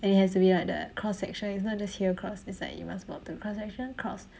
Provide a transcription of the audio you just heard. and it has to be at the cross section it's not just here cross it's like you must walk to cross section cross